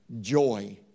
joy